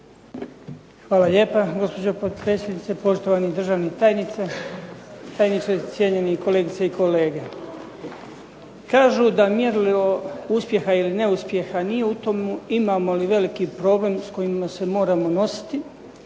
Hvala lijepa gospođo potpredsjednice, poštovani državni tajniče, cijenjeni kolegice i kolege. Kažu da mjerilo uspjeha ili neuspjeha nije u tomu imamo li veliki problem s kojim se moramo nositi,